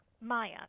Maya